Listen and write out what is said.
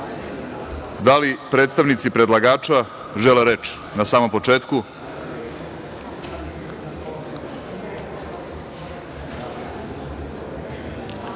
li predstavnici predlagača žele reč na samom početku? Reč